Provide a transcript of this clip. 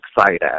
excited